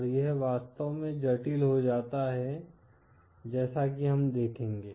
और यह वास्तव में जटिल हो जाता है जैसा कि हम देखेंगे